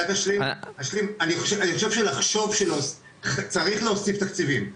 אני חושב שצריך להוסיף תקציבים,